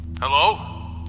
Hello